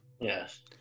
Yes